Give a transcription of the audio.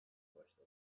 başladı